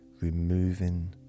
removing